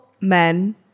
men